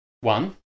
One